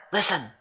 Listen